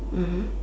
mmhmm